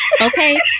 Okay